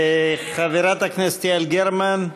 חברת הכנסת יעל גרמן.